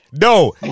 No